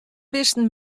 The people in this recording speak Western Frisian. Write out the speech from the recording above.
bisten